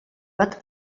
bat